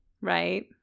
right